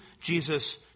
Jesus